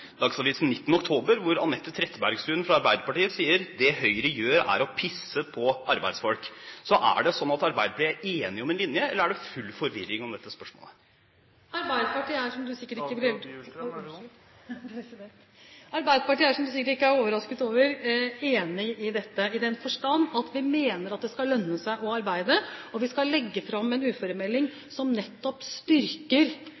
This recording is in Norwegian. oktober hvor Anette Trettebergstuen fra Arbeiderpartiet sier: «Det Høyre gjør er å pisse på arbeidsfolk.» Er det sånn at Arbeiderpartiet er enig om en linje, eller er det full forvirring om dette spørsmålet? Arbeiderpartiet er, som representanten sikkert ikke er overrasket over, enig i dette i den forstand at vi mener det skal lønne seg å arbeide. Vi skal legge fram en